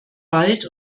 bald